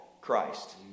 Christ